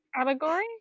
Allegory